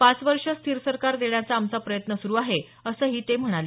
पाच वर्षे स्थिर सरकार देण्याचा आमचा प्रयत्न सुरू आहे असंही ते म्हणाले